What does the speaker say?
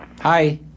Hi